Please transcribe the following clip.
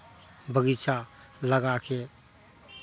बगीचा लगा के